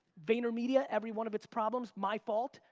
vaynermedia, every one of it's problems, my fault.